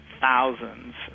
thousands